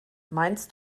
meinst